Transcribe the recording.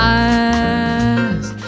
eyes